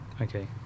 okay